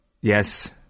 yes